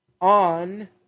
on